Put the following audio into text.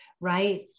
right